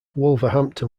wolverhampton